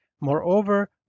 Moreover